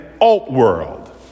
alt-world